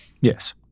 Yes